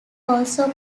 also